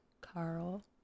Carl